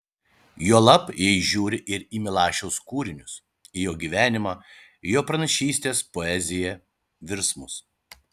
juolab jei žiūri ir į milašiaus kūrinius į jo gyvenimą jo pranašystes poeziją virsmus